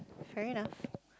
fair enough